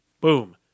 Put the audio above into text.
boom